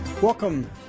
Welcome